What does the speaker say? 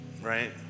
right